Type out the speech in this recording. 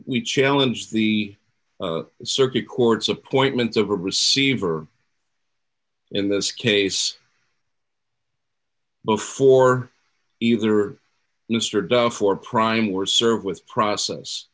we challenge the circuit court's appointments a receiver in this case before either mr duff or prime were served with process